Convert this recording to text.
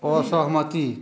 असहमति